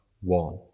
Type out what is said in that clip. one